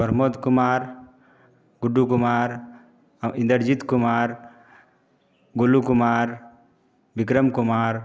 Pramod Kumar Guddu Kumar Indrajit Kumar Gulu Kumar Vikram Kumar